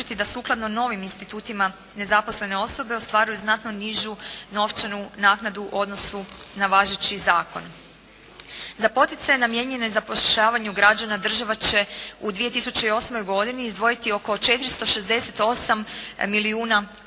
da sukladno novim institutima nezaposlene osobe ostvaruju znatno nižu novčanu naknadu u odnosu na važeći zakon. Za poticaj namijenjen zapošljavanju građana, država će u 2008. godini izdvojiti oko 468 milijuna kuna.